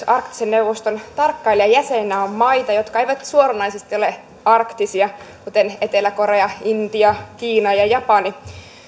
arktisen neuvoston tarkkailijajäseninä on maita jotka eivät suoranaisesti ole arktisia kuten etelä korea intia kiina ja japani